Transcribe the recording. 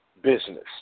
business